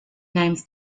names